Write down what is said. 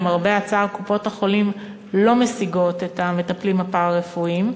למרבה הצער קופות-החולים לא משיגות את המטפלים הפארה-רפואיים,